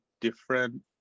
different